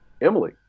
Emily